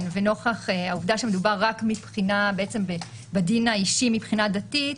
ונוכח העובדה שמדובר בדין האישי מבחינה דתית,